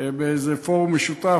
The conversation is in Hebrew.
באיזה פורום משותף,